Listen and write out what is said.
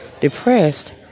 depressed